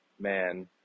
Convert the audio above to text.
man